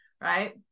right